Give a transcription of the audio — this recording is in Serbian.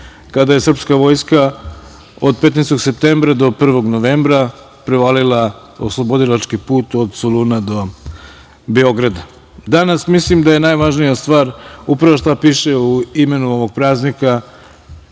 kada je srpska vojska od 15. septembra do 1. novembra prevalila oslobodilački put od Soluna do Beograda. Danas mislim da je najvažnija stvar, upravo šta piše u imenu ovog praznika,